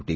T